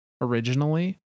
originally